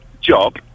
job